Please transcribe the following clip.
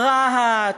רהט,